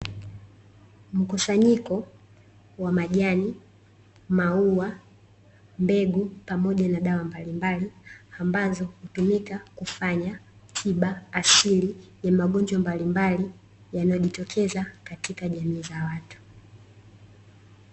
Mkusanyiko wa majani, maua, mbegu, pamoja na dawa mbalimbali, ambazo hutumika kufanya tiba asili ya magonjwa mbalimbali yanayo jitokeza katika jamii za watu.